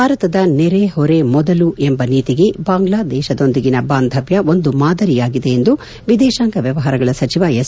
ಭಾರತದ ನೆರೆ ಹೊರೆ ಮೊದಲು ಎಂಬ ನೀತಿಗೆ ಬಾಂಗ್ಲಾದೇಶದೊಂದಿಗಿನ ಬಾಂಧವ್ಹ ಒಂದು ಮಾದರಿಯಾಗಿದೆ ಎಂದು ವಿದೇಶಾಂಗ ವ್ಲವಹಾರಗಳ ಸಚಿವ ಎಸ್